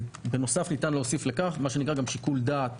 בנוסף, ניתן להוסיף לכך, מה שנקרא גם שיקול דעת